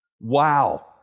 Wow